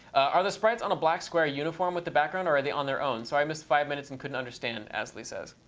are the sprites on a black square uniform with the background or are they on their own? so i missed five minutes and couldn't understand, asley says.